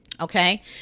Okay